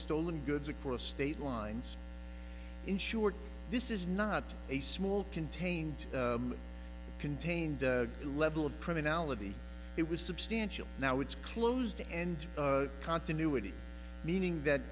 stolen goods across state lines ensured this is not a small contained contained level of criminality it was substantial now it's close to end continuity meaning that